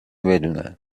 بدونن